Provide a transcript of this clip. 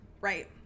Right